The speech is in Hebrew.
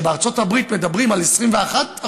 כשבארצות הברית מדברים על 21%,